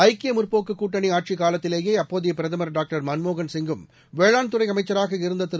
ஐக்கிய முற்போக்குக் கூட்டணி ஆட்சிக் காலத்திலேயே அப்போதைய பிரதமர் டாக்டர் மன்மோகன் சிங்கும் வேளாண்துறை அமைச்சராக இருந்த திரு